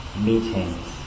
meetings